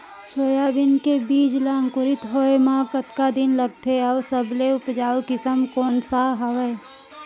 Soybean के बीज ला अंकुरित होय म कतका दिन लगथे, अऊ सबले उपजाऊ किसम कोन सा हवये?